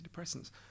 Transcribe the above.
antidepressants